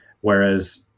whereas